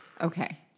okay